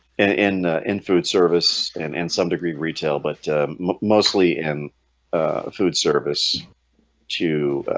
in in food service and in some degree retail but mostly in a food service too